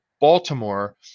Baltimore